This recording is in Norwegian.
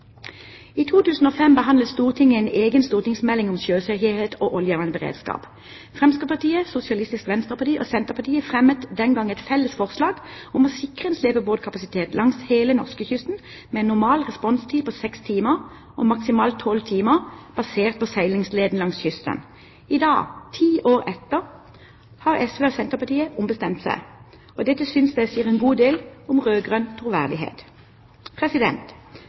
I 2005 behandlet Stortinget en egen stortingsmelding om sjøsikkerhet og oljevernberedskap. Fremskrittspartiet, Sosialistisk Venstreparti og Senterpartiet fremmet den gang et felles forslag om å sikre en slepebåtkapasitet langs hele norskekysten med en normal responstid på 6 timer, og maksimalt 12 timer basert på seilingsleden langs kysten. I dag, ti år etter, har SV og Senterpartiet ombestemt seg. Dette synes jeg sier en god del om rød-grønn troverdighet.